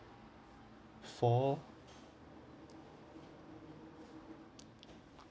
four